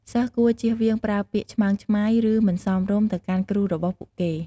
សិស្សគួរចៀសវាងប្រើពាក្យឆ្មើងឆ្មៃ ឬ មិនសមរម្យទៅកាន់គ្រូរបស់ពួកគេ។